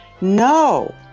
no